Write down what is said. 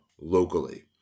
locally